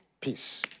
Peace